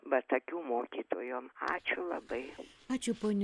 batakių mokytojom ačiū labai